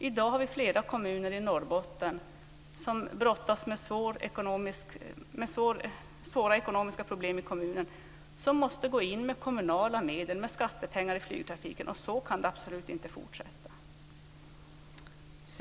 I dag brottas flera kommuner i Norrbotten med svåra ekonomiska problem, men de måste ändå gå in med kommunala skattemedel i flygtrafiken. Så kan det absolut inte fortsätta.